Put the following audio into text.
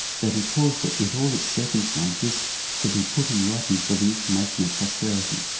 that he caused it with all its circumstances to be put in writing for the information of posterity.